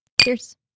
Cheers